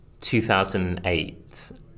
2008